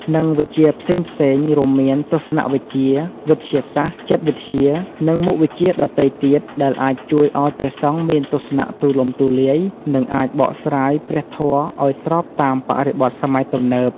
និងវិជ្ជាផ្សេងៗ រួមមានទស្សនវិជ្ជា វិទ្យាសាស្ត្រ ចិត្តវិទ្យា និងមុខវិជ្ជាដទៃទៀតដែលអាចជួយឱ្យព្រះសង្ឃមានទស្សនៈទូលំទូលាយ និងអាចបកស្រាយព្រះធម៌ឱ្យស្របតាមបរិបទសម័យទំនើប។